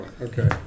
Okay